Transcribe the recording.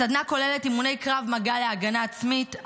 הסדנה כוללת אימוני קרב מגע להגנה עצמית,